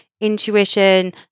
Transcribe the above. intuition